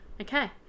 Okay